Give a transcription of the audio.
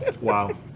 Wow